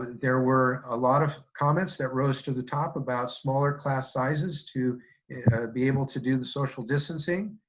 there were a lot of comments that rose to the top about smaller class sizes to be able to do the social distancing.